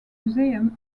museum